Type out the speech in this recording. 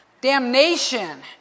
damnation